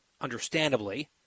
understandably